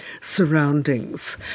surroundings